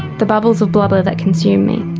the bubbles of blubber that consume me,